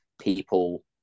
people